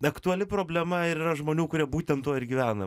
aktuali problema ir yra žmonių kurie būtent tuo ir gyvena